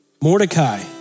Mordecai